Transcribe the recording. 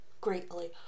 greatly